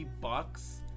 bucks